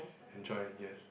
enjoy yes